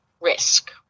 risk